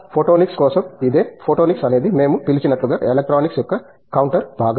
photonics కోసం అదే photonics అనేది మేము పిలిచినట్లుగా ఎలక్ట్రానిక్స్ యొక్క కౌంటర్ భాగం